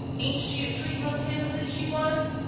aint she a-treatin' of him as if she was?